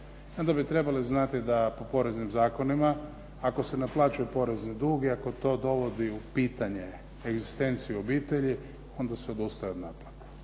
onda bi trebali znati da po poreznim zakonima ako se ne plaća porezni dug i ako to dovodi u pitanje egzistenciju obitelji onda se odustaje od naplate.